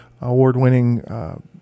Award-winning